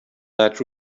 that